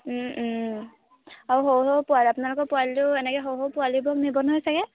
আৰু সৰু সৰু পোৱালী আপোনালোকৰ পোৱালীটো এনেকৈ সৰু সৰু পোৱালীবোৰক নিব নহয় চাগে